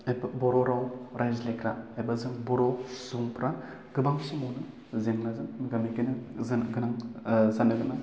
खायफा बर' राव रायज्लायग्रा एबा जों बर' सुबुंफ्रा गोबां सिमावनो जेंनाजों मोगा मोगि जानो गोनां जानो गोनां